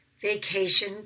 Vacation